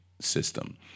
system